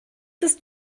ist